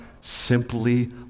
simply